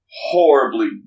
horribly